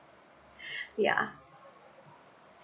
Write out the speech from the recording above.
yeah